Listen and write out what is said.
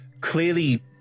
clearly